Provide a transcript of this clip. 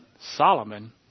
Solomon